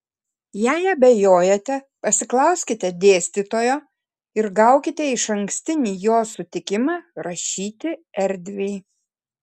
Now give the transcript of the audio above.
jei abejojate pasiklauskite dėstytojo ir gaukite išankstinį jo sutikimą rašyti erdviai